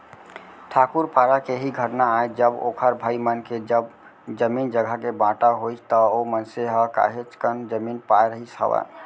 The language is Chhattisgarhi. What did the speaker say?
ठाकूर पारा के ही घटना आय जब ओखर भाई मन के जब जमीन जघा के बाँटा होइस त ओ मनसे ह काहेच कन जमीन पाय रहिस हावय